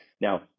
now